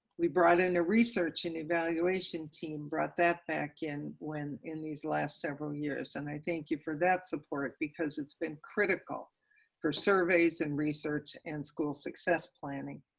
we brought in a research and evaluation team, brought that back in when in these last several years, and i think you for that support, because it's been critical for surveys and research and school success planning.